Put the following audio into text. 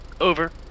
Over